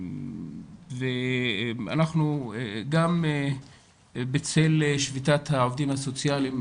אנחנו גם בצל שביתת העובדים הסוציאליים.